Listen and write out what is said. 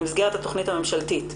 במסגרת התכנית הממשלתית.